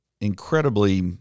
incredibly